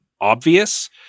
obvious